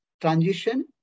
Transition